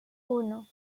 uno